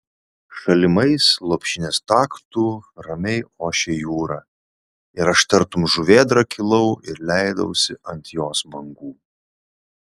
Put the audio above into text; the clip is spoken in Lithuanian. šalimais lopšinės taktu ramiai ošė jūra ir aš tartum žuvėdra kilau ir leidausi ant jos bangų